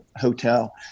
hotel